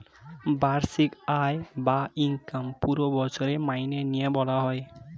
বাৎসরিক আয় বা ইনকাম পুরো বছরের মাইনে নিয়ে বলা হয়